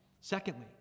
Secondly